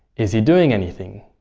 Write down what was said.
is he doing anything?